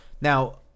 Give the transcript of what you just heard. Now